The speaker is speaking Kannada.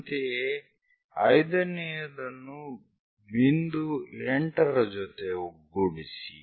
ಅಂತೆಯೇ 5 ನೇಯದನ್ನು ಬಿಂದು 8 ರ ಜೊತೆ ಒಗ್ಗೂಡಿಸಿ